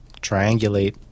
triangulate